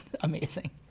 amazing